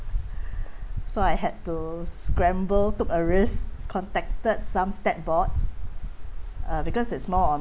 so I had to scramble took a risk contacted some stat boards uh because it's more on